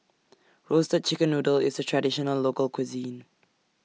Roasted Chicken Noodle IS A Traditional Local Cuisine